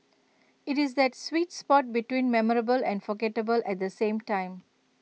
IT is that sweet spot between memorable and forgettable at the same time